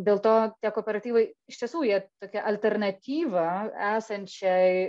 dėl to tie kooperatyvai iš tiesų jie tokia alternatyva esančiai